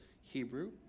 Hebrew